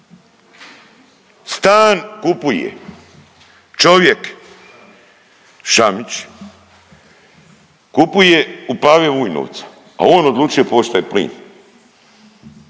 Stan kupuje čovjek Šamić kupuje u Pavi Vujnovca, a on odlučuje pošto je plin.